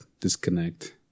disconnect